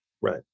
Right